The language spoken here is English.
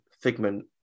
figment